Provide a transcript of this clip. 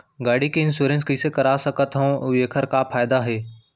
गाड़ी के इन्श्योरेन्स कइसे करा सकत हवं अऊ एखर का फायदा हे?